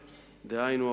דהיינו,